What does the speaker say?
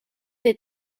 des